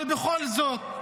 אבל בכל זאת,